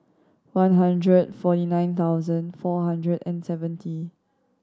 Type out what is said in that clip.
one hundred forty nine thousand four hundred and seventy